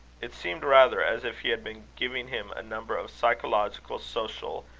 it seemed rather as if he had been giving him a number of psychological, social,